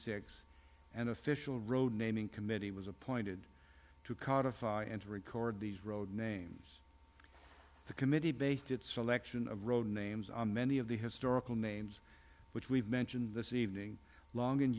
six an official road naming committee was appointed to codify and to record these road names the committee based its selection of road names on many of the historical names which we've mentioned this evening long